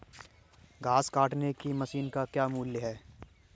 घास काटने की मशीन का मूल्य क्या है?